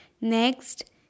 Next